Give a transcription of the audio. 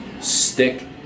Stick